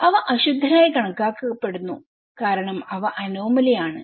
അവ അശുദ്ധരായി കണക്കാക്കപ്പെടുന്നു കാരണം അവ അനോമലി ആണ്